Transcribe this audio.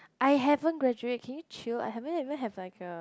I haven't graduate okay chill I haven't even have like a